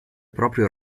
proprio